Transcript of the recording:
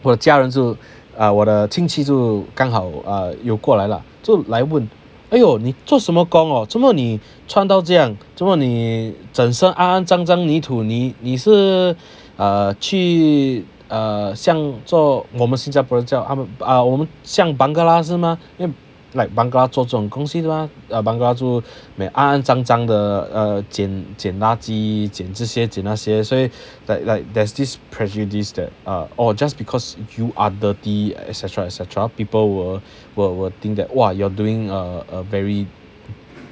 我的家人就 uh 我的亲戚就刚好有过来 lah 就来问 !aiyo! 你做什么工 orh 做么你穿到这样做么你整身肮肮胀胀泥土你是 uh 去 uh 像做我们新加坡人叫他们我们叫 bangla 是 mah 因为 like bangla 做这种东西的吗 bangla 肮肮脏脏的 orh 捡捡垃圾捡这些捡那些 say that like there's this prejudice to uh just because you are dirty et cetera et cetera people will think that what you are doing a very